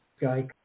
guy